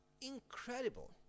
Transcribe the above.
incredible